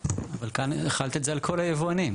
אבל כאן החלת את זה על כל היבואנים.